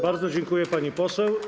Bardzo dziękuję, pani poseł.